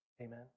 Amen